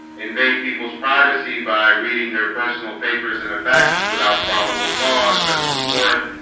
invade people's privacy by reading their personal papers and effects without probable cause that's the fourth